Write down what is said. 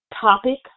topic